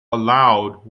allowed